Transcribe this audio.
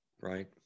Right